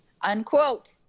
Unquote